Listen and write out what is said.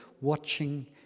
watching